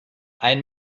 ein